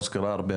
שהוזכרה כאן הרבה,